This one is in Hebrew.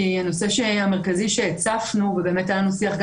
כי הנושא המרכזי שהצפנו ובאמת היה לנו שיח גם